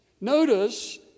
Notice